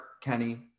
Kenny